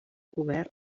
cobert